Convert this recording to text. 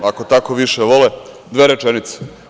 Dobro, ako tako više vole, dve rečenice.